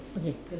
okay